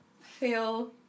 feel